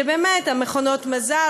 מכונות מזל,